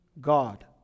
God